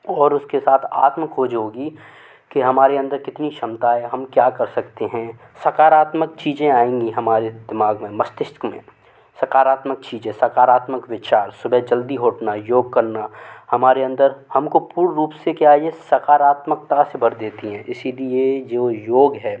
और उसके साथ आत्मखोज होगी कि हमारे अंदर कितनी क्षमता है हम क्या कर सकते हैं सकारात्मक चीज़ें आएंगी हमारे दिमाग़ में मस्तिष्क में सकारात्कम चीज़ें सकारात्मक विचार सुबह जल्दी उठना योग करना हमारे अंदर हम को पूर्ण रूप से क्या है ये सकारात्मकता से भर देती है इसी लिए जो योग है